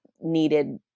needed